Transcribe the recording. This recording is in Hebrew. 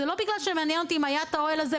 זה לא בגלל שמעניין אותי אם היה את האוהל הזה,